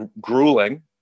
grueling